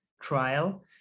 trial